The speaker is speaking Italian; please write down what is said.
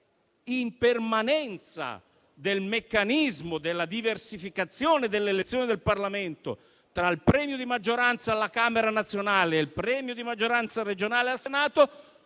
in permanenza del meccanismo di diversificazione dell'elezione del Parlamento, tra il premio di maggioranza nazionale alla Camera e il premio di maggioranza regionale al Senato,